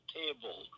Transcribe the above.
table